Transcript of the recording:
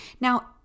Now